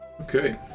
Okay